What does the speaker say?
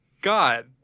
God